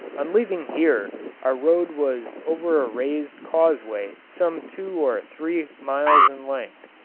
on leaving here our road was over a raised causeway some two or three miles in length,